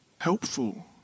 helpful